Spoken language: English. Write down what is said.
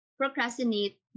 procrastinate